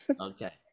Okay